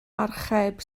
archeb